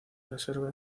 reserva